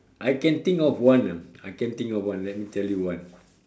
I can think of one ah I can think of one let me tell you one